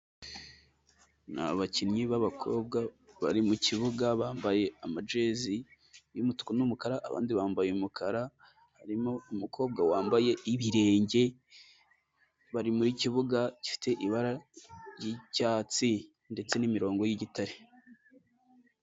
Ni abakinnyi b'abakobwa, bari mu kibuga, bambaye amajezi y'umutuku n'umukara, abandi bambaye umukara, harimo umukobwa wambaye ibirenge, bari mu kibuga gifite ibara ry'icyatsi ndetse n'imirongo y'igitare.